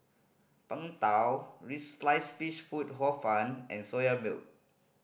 Png Tao sliced fish food Hor Fun and Soya Milk